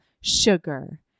sugar